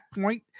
point